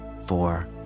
four